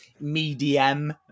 medium